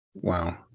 Wow